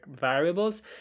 variables